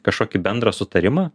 kažkokį bendrą sutarimą